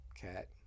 Cat